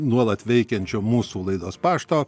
nuolat veikiančio mūsų laidos pašto